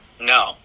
no